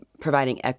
providing